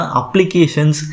applications